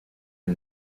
are